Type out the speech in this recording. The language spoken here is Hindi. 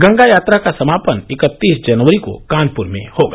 गंगा यात्रा का समापन इकत्तीस जनवरी को कानपुर में होगा